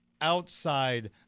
outside